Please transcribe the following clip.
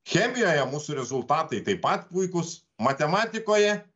chemijoje mūsų rezultatai taip pat puikūs matematikoje